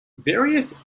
various